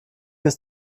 ist